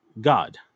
God